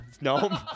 no